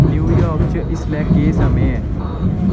New York च इसलै केह् समें ऐ